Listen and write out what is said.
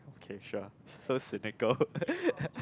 okay sure so cynical